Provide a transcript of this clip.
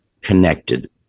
connected